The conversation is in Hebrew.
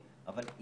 שב"כ.